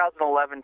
2011